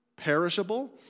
perishable